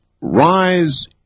rise